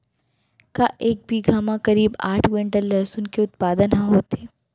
का एक बीघा म करीब आठ क्विंटल लहसुन के उत्पादन ह होथे?